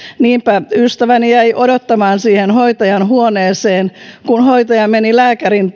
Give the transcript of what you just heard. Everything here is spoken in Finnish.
niinpä ystäväni jäi odottamaan siihen hoitajan huoneeseen kun hoitaja meni lääkärin